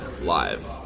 live